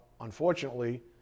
unfortunately